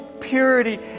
purity